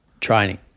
training